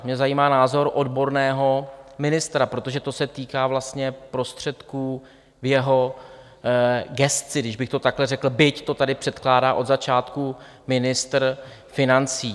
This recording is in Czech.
Mě zajímá názor odborného ministra, protože to se týká vlastně prostředků v jeho gesci, když bych to takhle řekl, byť to tady předkládá od začátku ministr financí.